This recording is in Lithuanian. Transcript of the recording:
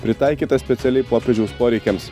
pritaikytą specialiai popiežiaus poreikiams